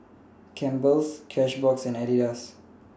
Campbell's Cashbox and Adidas